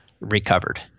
recovered